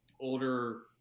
older